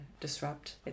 disrupt